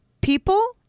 people